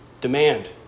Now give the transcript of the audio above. demand